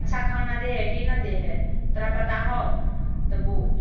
अच्छा खाना दै है की नहि दै है तोरा पता हउ तऽ बोल